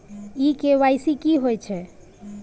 इ के.वाई.सी की होय छै?